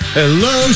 hello